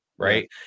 Right